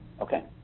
okay